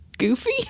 Goofy